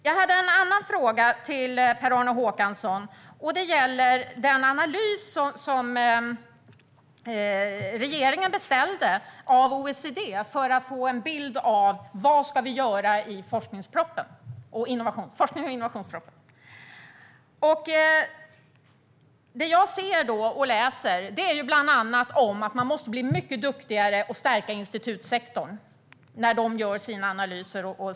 Jag har en annan fråga till Per-Arne Håkansson, och den gäller den analys som regeringen beställde av OECD för att få en bild av vad man ska göra i forsknings och innovationspropositionen. Det jag då läser om deras analyser internationellt är bland annat att man måste bli mycket duktigare på att stärka institutsektorn.